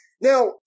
Now